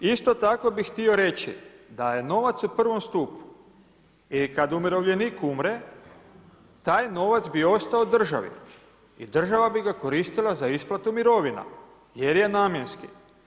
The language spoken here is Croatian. Isto tako bih htio reći da je novac u prvom stupu i kad umirovljenik umre taj novac bi ostao državi i država bi ga koristila za isplatu mirovina jer je namjenski.